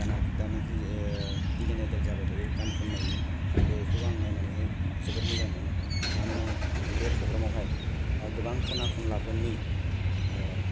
जानाखि Indian Idol जाबायथायो गान खन्नायनि बेखौ आं नायनानैहाय जोबोर मोजां मोनो मानोना बे प्रग्रामावहाय गोबां खना खनलाफोरनि